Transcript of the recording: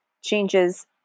changes